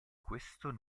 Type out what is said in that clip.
questo